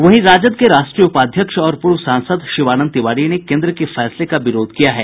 वहीं राजद के राष्ट्रीय उपाध्यक्ष और पूर्व सांसद शिवानंद तिवारी ने केन्द्र के फैसले का विरोध किया है